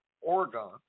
Oregon